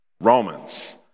Romans